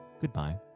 goodbye